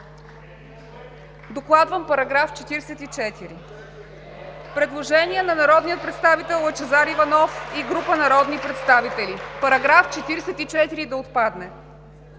Докладвам § 44. Предложение на народния представител Лъчезар Иванов и група народни представители –§ 44 да отпадне.